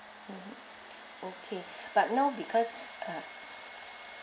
mm okay but no because uh